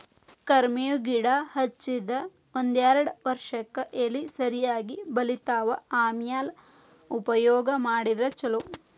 ಕರ್ಮೇವ್ ಗಿಡಾ ಹಚ್ಚದ ಒಂದ್ಯಾರ್ಡ್ ವರ್ಷಕ್ಕೆ ಎಲಿ ಸರಿಯಾಗಿ ಬಲಿತಾವ ಆಮ್ಯಾಲ ಉಪಯೋಗ ಮಾಡಿದ್ರ ಛಲೋ